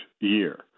year